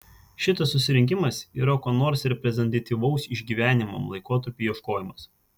šitas susirinkimas yra ko nors reprezentatyvaus išgyvenamam laikotarpiui ieškojimas